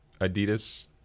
Adidas